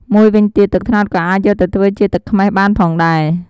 មួយវិញទៀត ទឹកត្នោតក៏អាចយកទៅធ្វើជាទឹកខ្មេះបានផងដែរ។